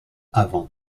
avant